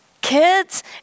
kids